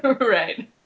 Right